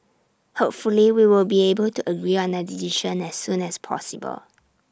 hopefully we will be able to agree on A decision as soon as possible